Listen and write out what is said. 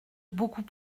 beaucoup